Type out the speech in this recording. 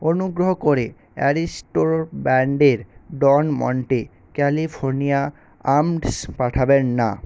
অনুগ্রহ করে অ্যারিস্টো ব্র্যান্ডের ডন মন্টে ক্যালিফোর্নিয়া আমন্ডস পাঠাবেন না